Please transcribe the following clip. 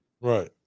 right